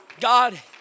God